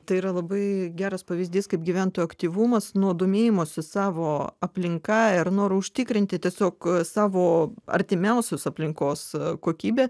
tai yra labai geras pavyzdys kaip gyventojų aktyvumas nuo domėjimosi savo aplinka ir noro užtikrinti tiesiog savo artimiausios aplinkos kokybę